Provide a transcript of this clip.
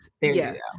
Yes